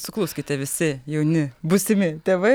sukluskite visi jauni būsimi tėvai